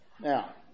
Now